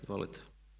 Izvolite.